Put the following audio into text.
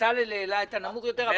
בצלאל העלה את הנמוך יותר.